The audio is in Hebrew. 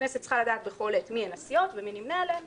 הכנסת צריכה לדעת בכל עת מיהן הסיעות ומי נמנה בהן